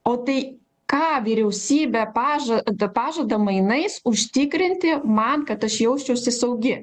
o tai ką vyriausybė pažada pažada mainais užtikrinti man kad aš jausčiausi saugi